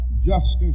justice